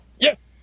Yes